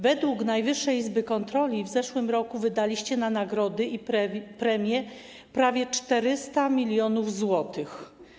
Według Najwyższej Izby Kontroli w zeszłym roku wydaliście na nagrody i premie prawie 400 mln zł.